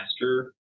master